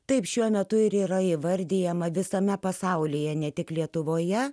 taip šiuo metu ir yra įvardijama visame pasaulyje ne tik lietuvoje